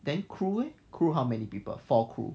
then crew crew leh how many people four crew